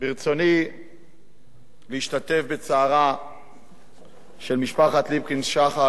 ברצוני להשתתף בצערה של משפחת ליפקין-שחק.